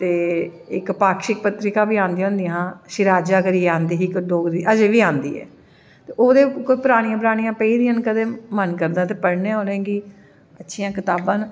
ते इक पाक्षिक पत्रिका बी आंदियं होंदियां हां शिराज़ा करियैं आंदी होंदी ही इक अज़ें बी आंदी ऐ ओह् ते परानियां परानियां पेई दियां न कदैं मन करदा ऐ ते पढ़नें आं उनेंगी अच्छियां कताबां न